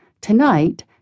Tonight